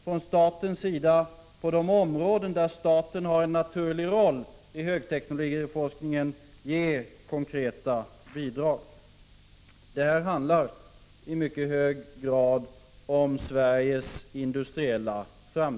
Från statens sida kan man också, på de områden inom högteknologiforskningen där staten har en naturlig roll, ge konkreta bidrag. Det handlar här i mycket hög grad om Sveriges industriella framtid.